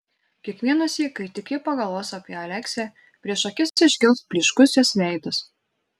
kiekvienąsyk kai tik ji pagalvos apie aleksę prieš akis iškils blyškus jos veidas